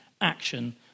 action